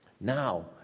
now